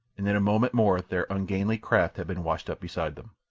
and in a moment more their ungainly craft had been washed up beside them.